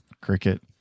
cricket